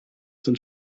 sind